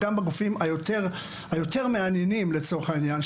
גם בגופים היותר מעניינים לצורך העניין,